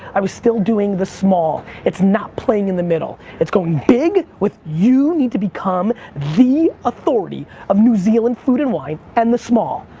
i was still doing the small. it's not playing in the middle, it's going big. you need to become the authority of new zealand food and wine, and the small,